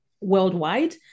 worldwide